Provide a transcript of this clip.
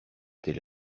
tel